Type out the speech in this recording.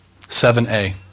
7a